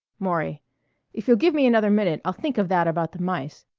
maury if you'll give me another minute i'll think of that about the mice.